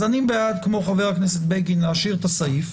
אני בעד, כמו חבר הכנסת בגין, להשאיר את הסעיף,